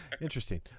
interesting